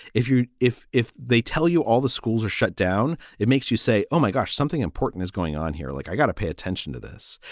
if you if if they tell you all the schools are shut down, it makes you say, oh, my gosh, something important is going on here. like, i got to pay attention to this.